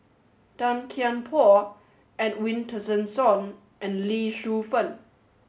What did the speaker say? Tan Kian Por Edwin Tessensohn and Lee Shu Fen